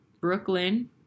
Brooklyn